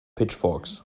pitchforks